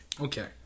Okay